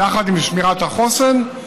יחד עם שמירת החוסן.